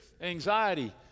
anxiety